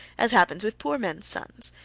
as happens with poor men's sons.